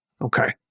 Okay